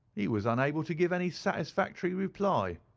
he was unable to give any satisfactory reply.